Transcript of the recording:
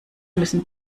müssen